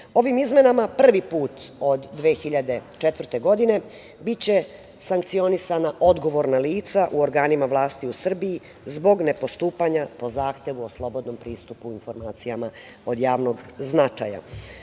izmenama prvi put od 2004. godine, biće sankcionisana odgovorna lica u organima vlasti u Srbiji zbog nepostupanja po zahtevu o slobodnom pristupu informacijama od javnog značaja.U